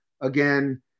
again